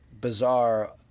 bizarre